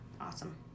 awesome